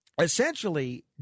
essentially